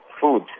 food